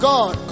God